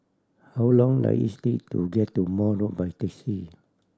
how long does is take to get to Maude Road by taxi